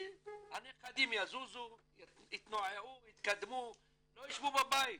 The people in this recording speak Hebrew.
כי הנכדים יזוזו, יתנועעו, יתקדמו, לא ישבו בבית.